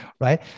right